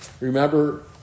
remember